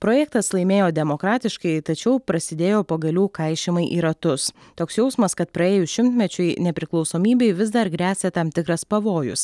projektas laimėjo demokratiškai tačiau prasidėjo pagalių kaišiojimai į ratus toks jausmas kad praėjus šimtmečiui nepriklausomybei vis dar gresia tam tikras pavojus